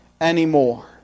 anymore